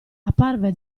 apparve